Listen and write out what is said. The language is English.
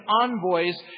envoys